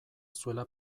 zuela